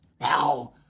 Now